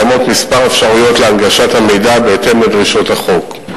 קיימות כמה אפשרויות להנגשת המידע בהתאם לדרישות החוק.